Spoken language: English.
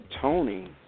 Tony